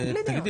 הצבעה?